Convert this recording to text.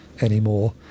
anymore